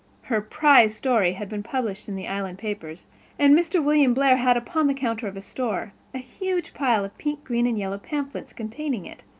her prize story had been published in the island papers and mr. william blair had, upon the counter of his store, a huge pile of pink, green and yellow pamphlets, containing it,